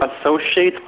associate